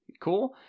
cool